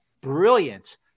brilliant